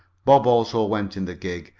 bob also went in the gig,